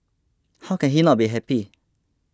how can he not be happy